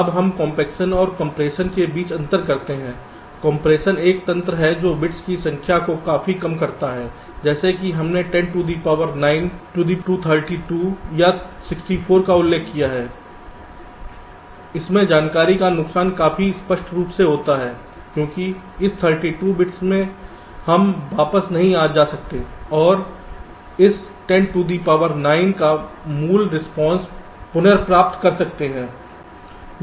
अब हम कॉम्पेक्शन और कंप्रेशन के बीच अंतर करते हैं कॉम्पेक्शन एक तंत्र है जो बिट्स की संख्या को काफी कम करता है जैसे कि हमने 10 टू दी पावर 9 टू 32 या 64 का उल्लेख किया है इससे जानकारी का नुकसान काफी स्पष्ट रूप से होता है क्योंकि इस 32 बिट्स से हम वापस नहीं जा सकते और इस 10 टू दी पावर 9 तक मूल रिस्पांसस पुनर्प्राप्त कर सकते हैं